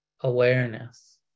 awareness